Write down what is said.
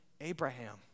Abraham